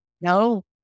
no